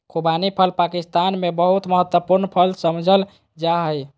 खुबानी फल पाकिस्तान में बहुत महत्वपूर्ण फल समझल जा हइ